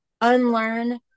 unlearn